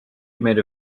made